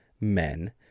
men